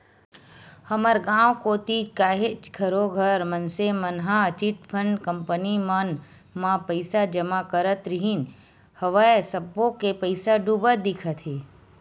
हमर गाँव कोती काहेच घरों घर मनसे मन ह चिटफंड कंपनी मन म पइसा जमा करत रिहिन हवय सब्बो के पइसा डूबत दिखत हे